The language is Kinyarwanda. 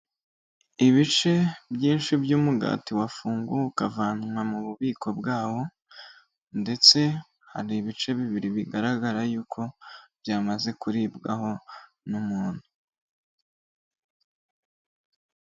Ibice byinshi by'umugati wafunguwe ukavanwa mu bubiko bwawo, ndetse hari ibice bibiri bigaragara yuko byamaze kuribwaho n'umuntu.